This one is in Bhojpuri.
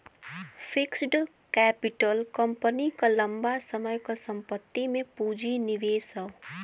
फिक्स्ड कैपिटल कंपनी क लंबा समय क संपत्ति में पूंजी निवेश हौ